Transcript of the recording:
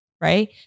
right